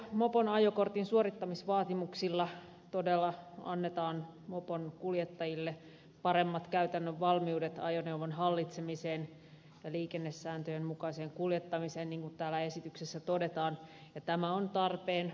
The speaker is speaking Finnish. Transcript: mopon ajokortin suorittamisvaatimuksilla todella annetaan moponkuljettajille paremmat käytännön valmiudet ajoneuvon hallitsemiseen ja liikennesääntöjen mukaiseen kuljettamiseen niin kuin täällä esityksessä todetaan ja tämä on tarpeen